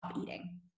eating